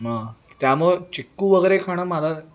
मग त्यामुळं चिक्कू वगैरे खाणं मला